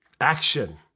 action